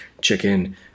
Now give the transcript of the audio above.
chicken